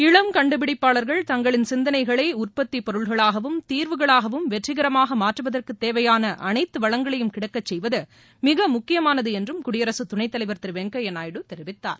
இளம் கண்டுபிடிப்பாளர்கள் தங்களின் சிந்தனைகளை உற்பத்திப் பொருள்களாகவும் தீர்வுகளாகவும் வெற்றிகரமாக மாற்றுவதற்குத் தேவையான அனைத்து வளங்களையும் கிடைக்கச் செய்வது மிக முக்கியமானது என்றும் குடியரசுத் துணைத் தலைவர் திரு வெங்கய்யா நாயுடு தெரிவித்தார்